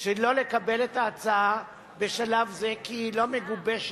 שלא לקבל את ההצעה בשלב זה, כי היא לא מגובשת,